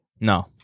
No